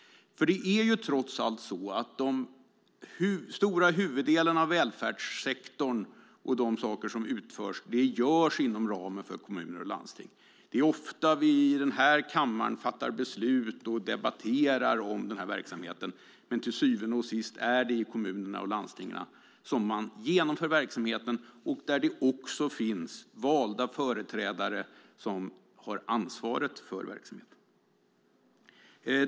För det är trots allt så att de stora huvuddelarna av välfärdssektorn och de saker som utförs finns inom ramen för kommuner och landsting. Det är ofta vi i den här kammaren fattar beslut och debatterar om den här verksamheten, men till syvende och sist är det i kommunerna och landstingen man genomför verksamheten, och där finns också de valda företrädare som har ansvaret för verksamheten.